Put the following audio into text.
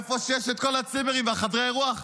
איפה שיש את כל הצימרים ואת חדרי האירוח?